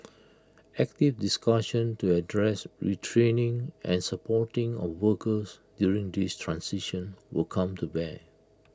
active discussion to address retraining and supporting of workers during this transition will come to bear